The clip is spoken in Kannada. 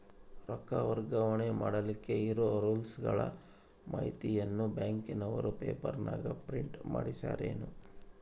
ರೊಕ್ಕ ವರ್ಗಾವಣೆ ಮಾಡಿಲಿಕ್ಕೆ ಇರೋ ರೂಲ್ಸುಗಳ ಮಾಹಿತಿಯನ್ನ ಬ್ಯಾಂಕಿನವರು ಪೇಪರನಾಗ ಪ್ರಿಂಟ್ ಮಾಡಿಸ್ಯಾರೇನು?